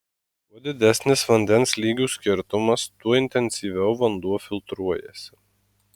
kuo didesnis vandens lygių skirtumas tuo intensyviau vanduo filtruojasi